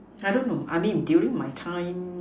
I don't know I mean during my time